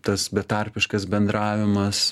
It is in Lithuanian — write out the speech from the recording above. tas betarpiškas bendravimas